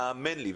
האמן לי.